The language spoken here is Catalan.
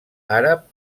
àrab